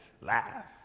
Laugh